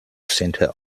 center